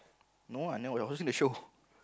no I never I watching the show